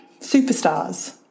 superstars